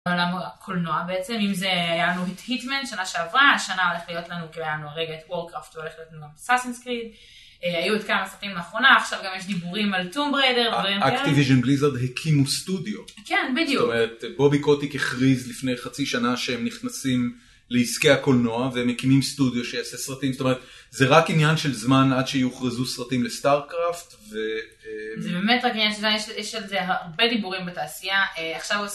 קולנוע בעצם אם זה היה לנו את היטמן שנה שעברה שנה הולכת להיות לנו קיבלנו רגע את וורקראפט והולכת להיות לנו סאסינס קריד, היו עוד כמה סרטים לאחרונה עכשיו גם יש דיבורים על טום ברדר, אקטיביז'ן בליזרד הקימו סטודיו, כן בדיוק, בובי קוטיק הכריז לפני חצי שנה שהם נכנסים, לעסקי הקולנוע והם מקימים סטודיו שיעשה סרטים זאת אומרת זה רק עניין של זמן עד שיוכרזו סרטים לסטארק קראפט, זה באמת רק עניין של זמן, יש על זה הרבה דיבורים בתעשייה.